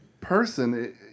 person